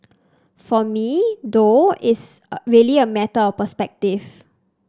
for me though it's really a matter of perspective